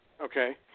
Okay